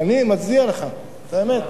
אני מצדיע לך, באמת.